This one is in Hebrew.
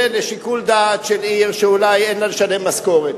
לשיקול דעת של עיר שאולי אין לה לשלם משכורת.